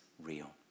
real